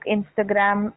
Instagram